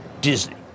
Disney